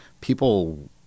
people